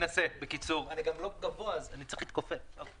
מי אנשי המקצוע הישראלים שיבואו איתם במגע.